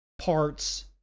parts